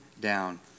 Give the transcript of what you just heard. down